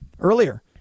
earlier